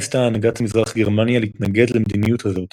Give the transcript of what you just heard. ניסתה הנהגת מזרח גרמניה להתנגד למדיניות הזאת,